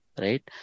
Right